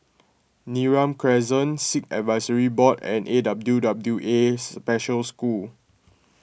Neram Crescent Sikh Advisory Board and A W W A Special School